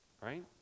Right